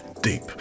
deep